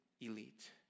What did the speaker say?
elite